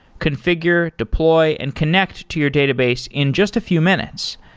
configure, deploy and connect to your database in just a few minutes.